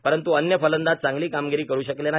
परंत् अन्य फलंदाज चांगली कामगिरी करून शकले नाही